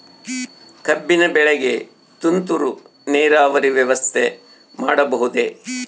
ಕಬ್ಬಿನ ಬೆಳೆಗೆ ತುಂತುರು ನೇರಾವರಿ ವ್ಯವಸ್ಥೆ ಮಾಡಬಹುದೇ?